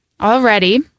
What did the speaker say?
already